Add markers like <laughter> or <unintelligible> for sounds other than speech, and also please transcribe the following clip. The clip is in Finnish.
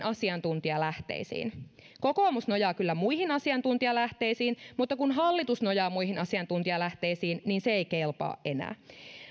<unintelligible> asiantuntijalähteisiin kokoomus nojaa kyllä muihin asiantuntijalähteisiin mutta kun hallitus nojaa muihin asiantuntijalähteisiin se ei kelpaa enää